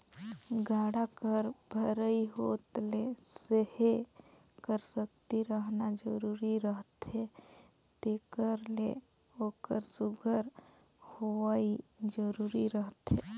गाड़ा कर भरई होत ले सहे कर सकती रहना जरूरी रहथे तेकर ले ओकर सुग्घर होवई जरूरी रहथे